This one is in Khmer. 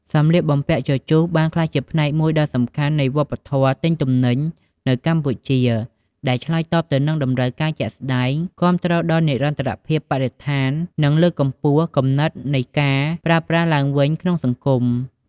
សម្លៀកបំពាក់ជជុះបានក្លាយជាផ្នែកមួយដ៏សំខាន់នៃវប្បធម៌ទិញទំនិញនៅកម្ពុជា ដែលឆ្លើយតបទៅនឹងតម្រូវការជាក់ស្ដែង គាំទ្រដល់និរន្តរភាពបរិស្ថាន និងលើកកម្ពស់គំនិតនៃការប្រើប្រាស់ឡើងវិញក្នុងសង្គម។